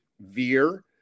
veer